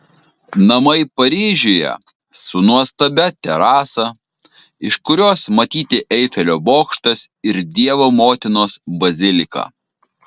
namai paryžiuje su nuostabia terasa iš kurios matyti eifelio bokštas ir dievo motinos bazilika